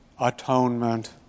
atonement